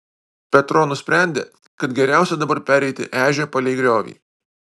petro nusprendė kad geriausia dabar pereiti ežią palei griovį